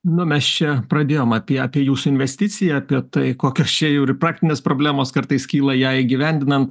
nu mes čia pradėjom apie apie jūsų investiciją apie tai kokios čia jau ir praktinės problemos kartais kyla ją įgyvendinant